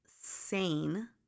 sane